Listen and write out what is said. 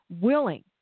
willing